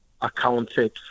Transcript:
accounted